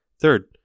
Third